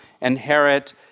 inherit